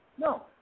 No